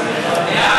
נגד?